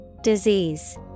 Disease